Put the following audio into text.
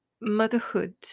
motherhood